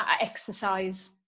exercise